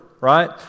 right